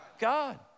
God